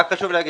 רק חשוב להגיד,